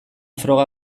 froga